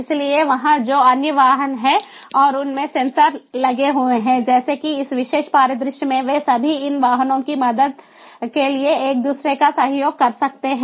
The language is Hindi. इसलिए वहां जो अन्य वाहन हैं और उनमें सेंसर लगे हुए हैं जैसे कि इस विशेष परिदृश्य में वे सभी इन 2 वाहनों की मदद के लिए एक दूसरे का सहयोग कर सकते हैं